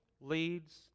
leads